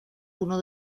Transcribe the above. uno